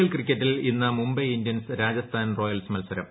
L ക്രിക്കറ്റിൽ ഇന്ന് Mumbai Indians Rajasthan Royals മത്സരം